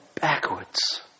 backwards